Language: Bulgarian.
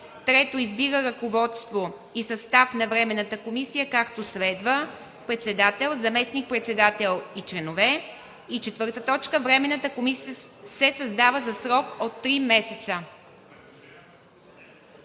3. Избира ръководство и състав на Временната комисия, както следва: Председател Заместник-председател и Членове 4. Временната комисия се създава за срок от три месеца.“